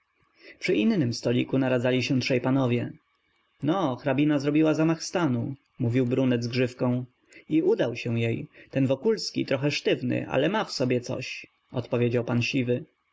przy innym stoliku naradzali się trzej panowie no hrabina zrobiła zamach stanu mówił brunet z grzywką i udał się jej ten wokulski trochę sztywny ale ma w sobie coś odpowiedział pan siwy